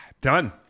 Done